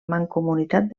mancomunitat